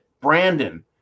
Brandon